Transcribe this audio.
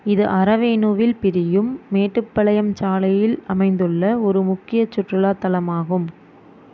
இது அரவேணுவில் பிரியும் மேட்டுப்பாளையம் சாலையில் அமைந்துள்ள ஒரு முக்கிய சுற்றுலாத் தலமாகும்